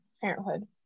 Parenthood